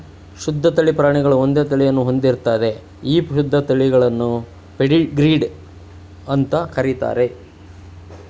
ಶುದ್ಧ ತಳಿ ಪ್ರಾಣಿಗಳು ಒಂದೇ ತಳಿಯನ್ನು ಹೊಂದಿರ್ತದೆ ಈ ಶುದ್ಧ ತಳಿಗಳನ್ನು ಪೆಡಿಗ್ರೀಡ್ ಅಂತ ಕರೀತಾರೆ